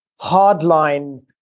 hardline